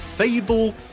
Fable